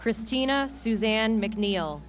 christina suzanne mcneil